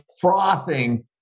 frothing